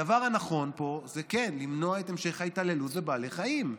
הדבר הנכון פה זה כן למנוע את המשך ההתעללות בבעלי חיים.